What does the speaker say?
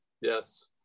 Yes